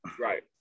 right